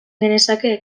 genezake